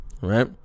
right